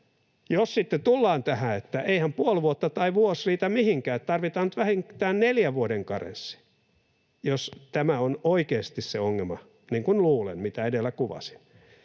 jos sitten tullaan tähän, että eihän puoli vuotta tai vuosi riitä mihinkään, että tarvitaan nyt vähintään neljän vuoden karenssi — jos tämä, mitä edellä kuvasin, on oikeasti se ongelma, niin kuin luulen — niin